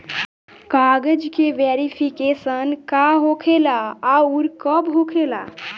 कागज के वेरिफिकेशन का हो खेला आउर कब होखेला?